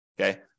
Okay